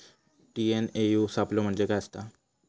TNAU सापलो म्हणजे काय असतां?